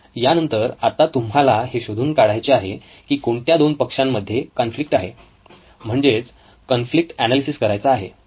यानंतर आता तुम्हाला हे शोधून काढायचे आहे की कोणत्या दोन पक्षांमध्ये कॉन्फ्लिक्ट आहे म्हणजेच कॉन्फ्लिक्ट एनालिसिस करायचा आहे